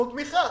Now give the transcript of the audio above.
תנו תמיכה.